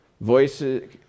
voices